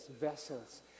vessels